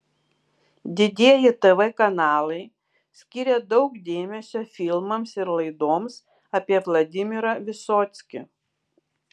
didieji tv kanalai skyrė daug dėmesio filmams ir laidoms apie vladimirą vysockį